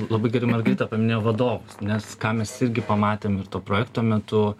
labai gerai margarita paminėjo vadovus nes ką mes irgi pamatėm ir to projekto metu